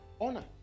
honor